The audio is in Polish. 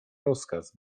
rozkaz